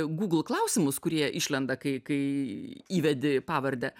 google klausimus kurie išlenda kai kai įvedi pavardę